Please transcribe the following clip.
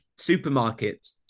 supermarkets